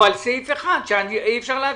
או על סעיף אחד שאי אפשר להביא,